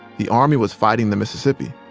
the army was fighting the mississippi.